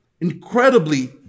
incredibly